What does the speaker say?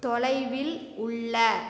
தொலைவில் உள்ள